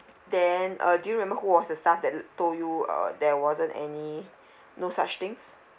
then uh do you remember who was the staff that told you uh there wasn't any no such things